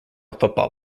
football